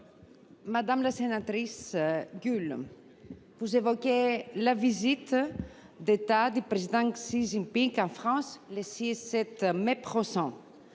Madame la sénatrice Guhl, vous évoquez la visite d’État du président Xi Jinping en France les 6 et 7 mai